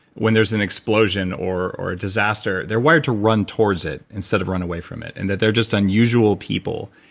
when there's an explosion or or a disaster, they're wired to run towards it instead of run away from it. and that they're just unusual people,